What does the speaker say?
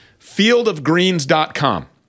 Fieldofgreens.com